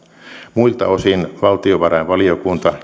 muilta osin valtiovarainvaliokunta